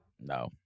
No